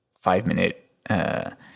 five-minute